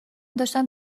داشتم